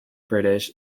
british